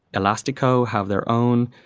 elastico have their own